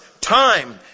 time